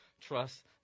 trust